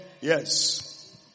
Yes